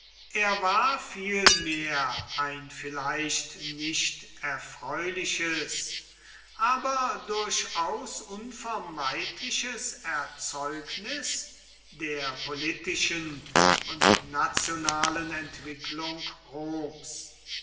er war vielmehr ein vielleicht nicht erfreuliches aber durchaus unvermeidliches erzeugnis der politischen und nationalen entwicklung roms